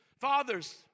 fathers